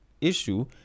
issue